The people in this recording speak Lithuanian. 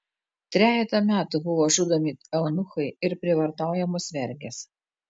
trejetą metų buvo žudomi eunuchai ir prievartaujamos vergės